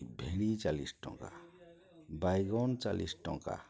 ଏ ଭେଣି ଚାଲିଶ୍ ଟଙ୍କା ବାଇଗଣ୍ ଚାଲିଶ୍ ଟଙ୍କା